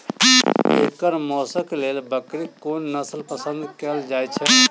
एकर मौशक लेल बकरीक कोन नसल पसंद कैल जाइ छै?